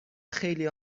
خیلی